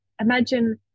imagine